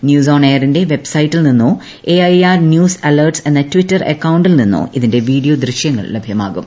news on എയറിന്റെ വെബ്ഐസ്റ്റിൽ നിന്നോ എയർ ന്യൂസ് അലർട്ട്സ് എന്ന ട്വിറ്റർ അക്കൌണ്ടീൽ നിന്നോ ഇതിന്റെ വീഡിയോ ദൃശ്യങ്ങൾ ലഭ്യമാകും